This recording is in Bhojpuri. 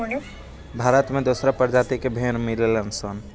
भारत में दोसर दोसर प्रजाति के भेड़ मिलेलन सन